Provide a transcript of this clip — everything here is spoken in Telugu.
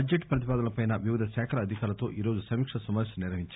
బడ్లెట్ ప్రతిపాదనల పై వివిధ శాఖల అధికారులతో ఈరోజు సమీకా సమాపేశం నిర్వహించారు